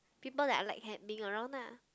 people that I like ha~ being around lah